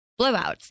blowouts